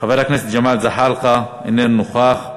חבר הכנסת ג'מאל זחאלקה, אינו נוכח,